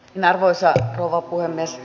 arvoisa rouva puhemies